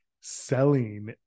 selling